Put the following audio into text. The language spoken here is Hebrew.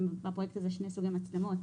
בפרויקט הזה יש שני סוגי מצלמות,